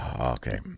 Okay